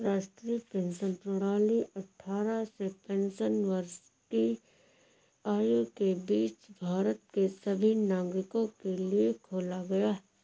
राष्ट्रीय पेंशन प्रणाली अट्ठारह से पेंसठ वर्ष की आयु के बीच भारत के सभी नागरिकों के लिए खोला गया